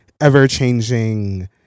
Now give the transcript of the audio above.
ever-changing